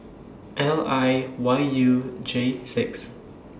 L I Y U J six